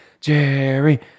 Jerry